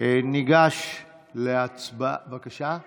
ניגש להצבעה על